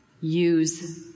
use